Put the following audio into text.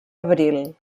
abril